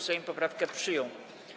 Sejm poprawkę przyjął.